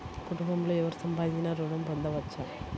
కుటుంబంలో ఎవరు సంపాదించినా ఋణం పొందవచ్చా?